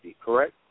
correct